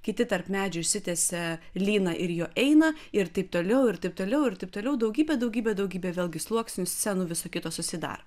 kiti tarp medžių išsitiesia lyną ir juo eina ir taip tpliau ir taip tpliau ir taip tpliau daugybė daugybė daugybė vėlgi sluoksnių scenų viso kito susidaro